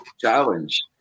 challenge